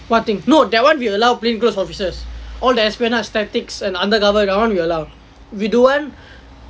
what thing no that one we allow plain clothes officers all the espionage tactics and undergarment that one we allow we don't want